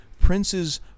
Prince's